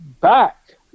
Back